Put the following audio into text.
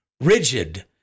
rigid